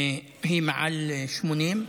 היא מעל 80,